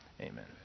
Amen